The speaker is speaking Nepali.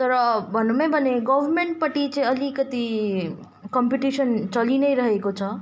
तर भनौँ है भने गभर्मेन्टपट्टि चाहिँ अलिकति कम्पिटिसन चलि नै रहेको छ